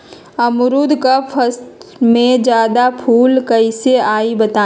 अमरुद क फल म जादा फूल कईसे आई बताई?